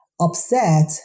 upset